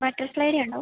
ബട്ടർഫ്ലൈയുടെ ഉണ്ടോ